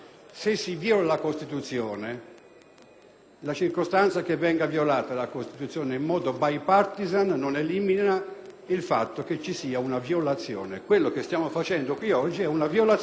la circostanza che essa venga violata in modo *bipartisan* non elimina il fatto che si consumi una violazione. Quello che stiamo facendo qui oggi è una violazione